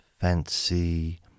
Fancy